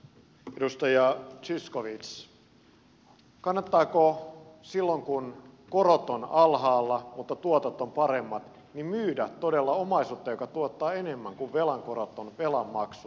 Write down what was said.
edustaja zyskowicz kannattaako silloin kun korot ovat alhaalla mutta tuotot ovat paremmat todella myydä omaisuutta joka tuottaa enemmän kuin mitä velan korot ovat velan maksuun